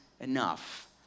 enough